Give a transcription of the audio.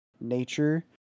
nature